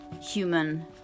human